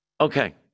Okay